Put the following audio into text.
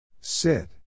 Sit